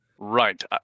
right